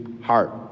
heart